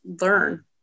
learn